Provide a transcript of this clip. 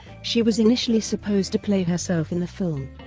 she was initially supposed to play herself in the film,